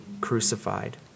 crucified